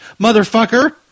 motherfucker